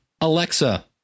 Alexa